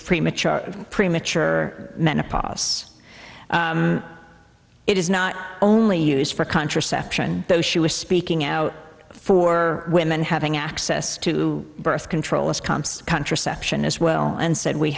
premature premature menopause it is not only used for contraception though she was speaking out for women having access to birth control as comp's contraception as well and said we